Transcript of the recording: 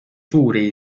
suuri